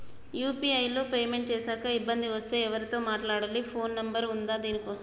UPI లో payment చేశాక ఇబ్బంది వస్తే ఎవరితో మాట్లాడాలి? ఫోన్ నంబర్ ఉందా దీనికోసం?